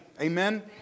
Amen